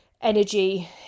energy